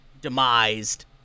demised